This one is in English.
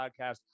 podcast